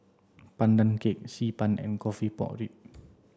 Pandan cake xi ban and coffee pork ribs